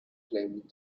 claimed